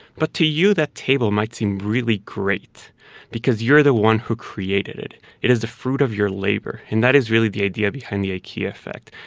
but to you, that table might seem really great because you're the one who created it. it is the fruit of your labor, and that is really the idea behind the ikea effect.